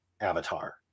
avatar